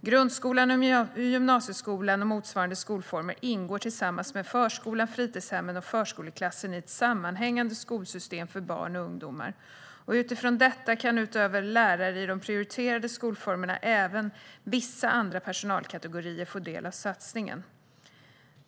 Grundskolan och gymnasieskolan, och motsvarande skolformer, ingår tillsammans med förskolan, fritidshemmet och förskoleklassen i ett sammanhängande skolsystem för barn och ungdomar, och utifrån detta kan utöver lärare i de prioriterade skolformerna även vissa andra personalkategorier få del av satsningen.